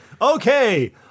Okay